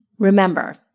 Remember